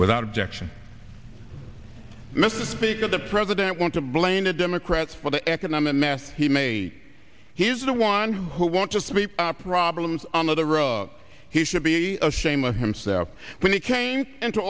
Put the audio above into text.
without objection mrs speaker the president want to blame the democrats for the economic mess he made he is the one who want to see problems on the road he should be ashamed of himself when he came into